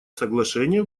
соглашения